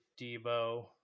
Debo